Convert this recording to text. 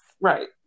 Right